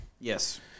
Yes